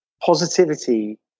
positivity